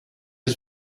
was